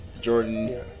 Jordan